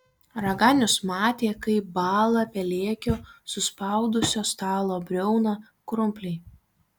raganius matė kaip bąla pelėkio suspaudusio stalo briauną krumpliai